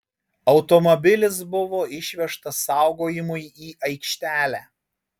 automobilis buvo išvežtas saugojimui į aikštelę